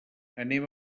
anem